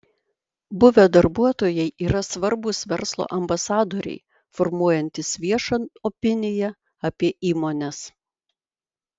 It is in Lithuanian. buvę darbuotojai yra svarbūs verslo ambasadoriai formuojantys viešą opiniją apie įmones